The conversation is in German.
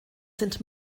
sind